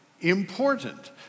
important